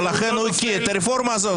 ולכן הוא הקיא את הרפורמה הזאת.